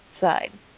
side